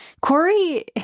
Corey